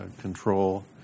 control